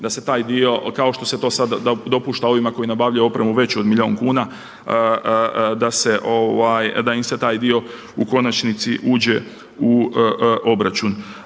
da se taj dio kao što se to sad dopušta ovima koji nabavljaju opremu veću od milijun kuna, da im se taj dio u konačnici uđe u obračun.